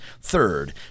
third